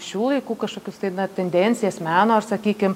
šių laikų kažkokius tai na tendencijas meno sakykim